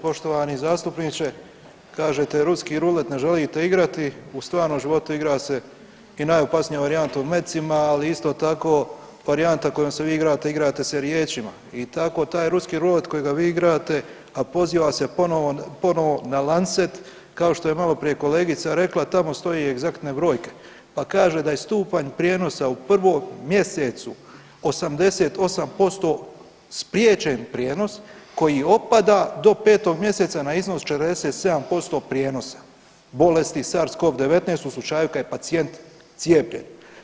Poštovani zastupniče, kažete ruski rulet ne želite igrati, u stvarnom životu igra se i najopasnija varijanta u mecima, ali isto tako varijanta kojom se vi igrate, igrate se riječima i tako taj ruski rulet kojega vi igrate, a poziva se ponovo na Lancet kao što je maloprije kolegica rekla tamo stoje egzaktne brojke, pa kaže da je stupanj prijenosa u prvom mjesecu 88% spriječen prijenos koji opada do 5. mjeseca na iznos 47% prijenosa bolesti SARS-CoV-19 u slučaju kad je pacijent cijepljen.